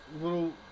little